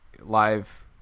live